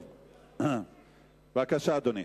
בבקשה, אדוני.